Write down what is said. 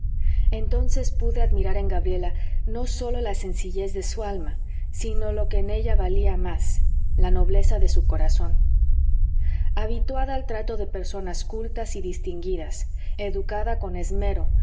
entonces pude admirar en gabriela no sólo la sencillez de su alma sino lo que en ella valía más la nobleza de su corazón habituada al trato de personas cultas y distinguidas educada con esmero